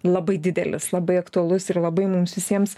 labai didelis labai aktualus ir labai mums visiems